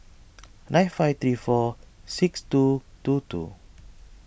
nine five three four six two two two